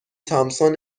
تامسون